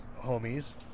homies